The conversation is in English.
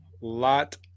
Lot